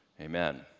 Amen